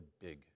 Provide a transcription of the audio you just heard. big